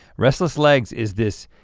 restless legs is this,